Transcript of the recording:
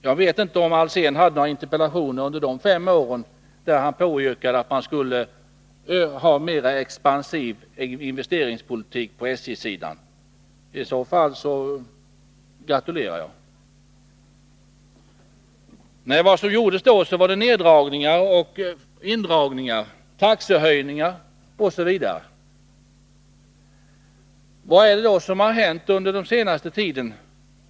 Jag vet inte om Hans Alsén under de fem åren ställde några interpellationer där han påyrkade en mer expansiv investeringspolitik på SJ-sidan — i så fall gratulerar jag. Vad som gjordes under denna tid var neddragningar och indragningar, taxehöjningar OSV. Vad är det då som hänt under den senaste tiden?